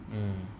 mm